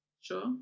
Sure